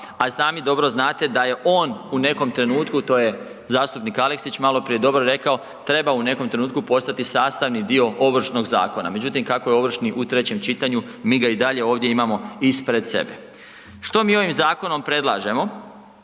a sami dobro znate da je on u nekom trenutku, to je zastupnik Aleksić maloprije dobro rekao, trebao u nekom trenutku postati sastavni dio Ovršnog zakona međutim, kako je ovršni u trećem čitanju, mi ga i dalje ovdje imamo ispred sebe. Što mi ovim zakonom predlažemo?